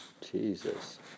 Jesus